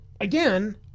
again